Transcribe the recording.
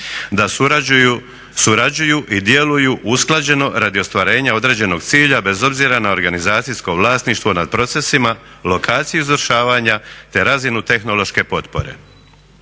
da surađuju i djeluju usklađeno radi ostvarenja određenog cilja bez obzira na organizacijsko vlasništvo nad procesima, lokaciju izvršavanja te razinu tehnološke potpore.